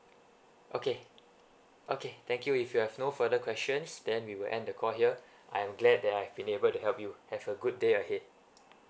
okay okay thank you if you have no further questions then we will end the call here I'm glad that I've been able to help you have a good day ahead